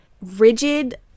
rigid